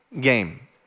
game